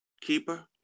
keeper